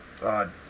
God